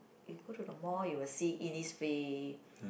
you go to the mall you will see Innisfree